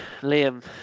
Liam